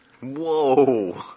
Whoa